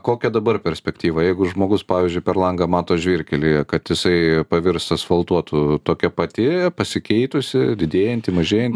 kokia dabar perspektyva jeigu žmogus pavyzdžiui per langą mato žvyrkelį kad jisai pavirs asfaltuotu tokia pati pasikeitusi didėjanti mažėjanti